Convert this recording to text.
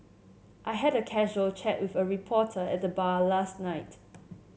I had a casual chat with a reporter at the bar last night